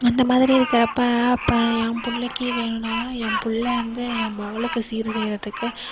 இந்த மாதிரி இருக்கிறப்ப அப்போ என் பிள்ளைக்கி வேணும்னால ஏன் பிள்ள வந்து ஏன் மவளுக்கு சீர் செய்கிறதுக்கு